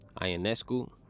Ionescu